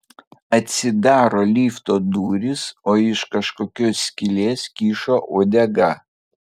atsidaro lifto durys o iš kažkokios skylės kyšo uodega